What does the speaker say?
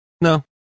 no